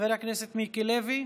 חבר הכנסת מיקי לוי,